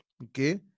Okay